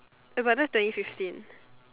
eh but that is twenty fifteen